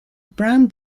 brown